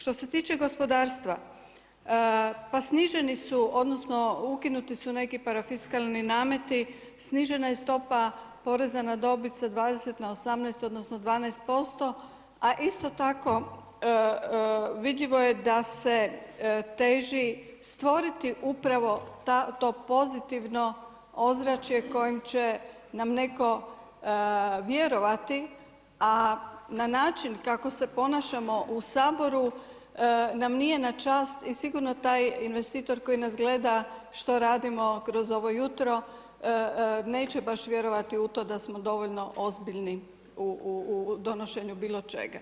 Što se tiče gospodarstva, pa sniženi su odnosno ukinuti su neki parafiskalni nameti, snižena je stopa poreza na dobit sa 20 na 18 odnosno 12%, a isto tako vidljivo je da se teži stvoriti to pozitivno ozračje kojim će nam netko vjerovati, a na način kako se ponašamo u Saboru nam nije na čast i sigurno taj investitor koji nas gleda što radimo kroz ovo jutro neće baš vjerovati u to da smo dovoljno ozbiljni u donošenju bilo čega.